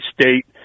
State